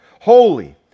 holy